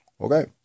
Okay